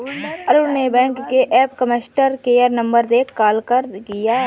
अरुण ने बैंक के app customer care number देखकर कॉल किया